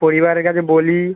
পরিবারের কাছে বলি